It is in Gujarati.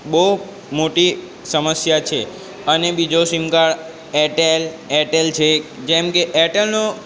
બહુ મોટી સમસ્યા છે અને બીજો સીમ કાડ એરટેલ એરટેલ છે જેમ કે એરટેલનો